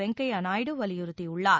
வெங்கையா நாயுடு வலியுறுத்தியுள்ளார்